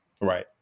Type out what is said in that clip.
Right